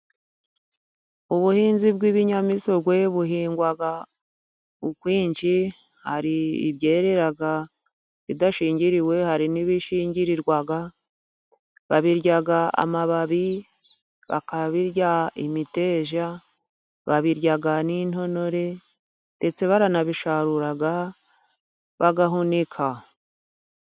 Ubuhinzi bw'ibinyamisogwe buhingwa ukwinshi，hari ibyera bidashingiriwe， hari n'ibishingirirwa， babirya amababi， bakabirya imiteja，babirya n'intonore， ndetse baranabisarura bagahunika.